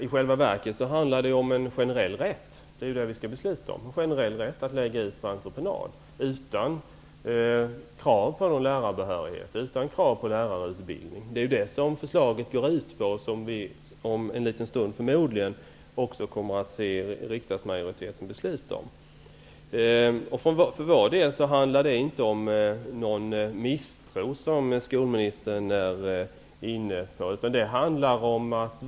I själva verket handlar det ju om en generell rätt -- det är ju det vi skall besluta om -- att lägga ut utbildning på entreprenad, utan krav på lärarbehörighet, utan krav på lärarutbildning. Det är ju det som förslaget går ut på och som vi om en liten stund också kommer att få se riksdagsmajoriteten fatta beslut om. För vår del handlar det inte om någon misstro som skolministern är inne på.